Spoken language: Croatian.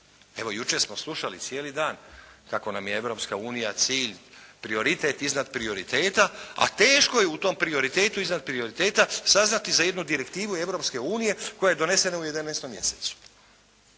Evo, jučer smo slušali cijeli dan, kako nam je Europska unija cilj, prioritet iznad prioriteta, a teško je u tom priorittetu iznad prioriteta saznati za jednu direktivu Europske unije koja je donesena u 11. mjesecu.